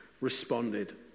responded